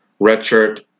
redshirt